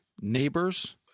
neighbors